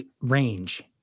range